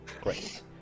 great